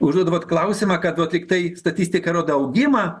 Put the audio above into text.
užduodavot klausimą kada vat lyg tai statistika rodo augimą